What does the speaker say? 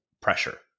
pressure